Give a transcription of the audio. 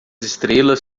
estrelas